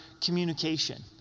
communication